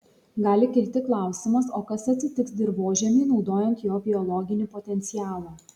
gali kilti klausimas o kas atsitiks dirvožemiui naudojant jo biologinį potencialą